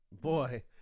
Boy